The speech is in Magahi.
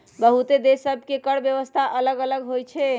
बहुते देश सभ के कर व्यवस्था अल्लग अल्लग होई छै